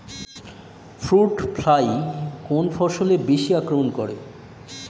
Fruit fly কোন ফসলে বেশি আক্রমন করে?